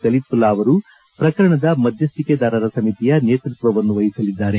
ಕಲ್ಲಿಪುಲ್ಲಾ ಅವರು ಪ್ರಕರಣದ ಮಧ್ಯಸ್ಟಿಕೆದಾರರ ಸಮಿತಿಯ ನೇತೃಕ್ಷವನ್ನು ವಹಿಸಲಿದ್ದಾರೆ